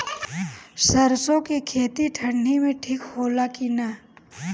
सरसो के खेती ठंडी में ठिक होला कि ना?